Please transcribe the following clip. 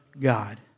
God